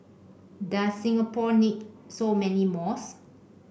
does Singapore need so many malls